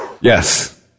Yes